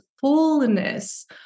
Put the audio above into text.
fullness